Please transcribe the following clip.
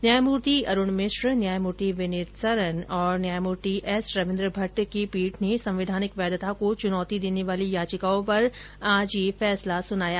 न्यायमूर्ति अरुण मिश्र न्यायमूर्ति विनीत सरन और न्यायमूर्ति एस रवीन्द्र भट की पीठ ने संवैधानिक वैधता को चुनौती देने वाली याचिकाओं पर आज यह फैसला सुनाया